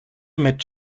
mit